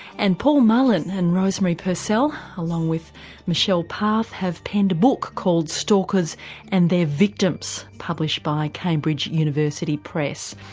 and paul mullen and rosemary purcell along with michelle pathe have penned a book called stalkers and their victims, published by cambridge university press.